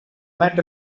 met